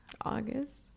august